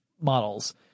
models